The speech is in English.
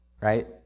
right